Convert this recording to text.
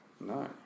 No